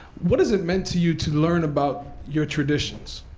what has it meant to you to learn about your traditions?